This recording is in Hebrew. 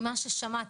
ממה ששמעתי.